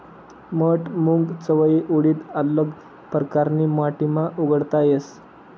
मठ, मूंग, चवयी, उडीद आल्लग परकारनी माटीमा उगाडता येस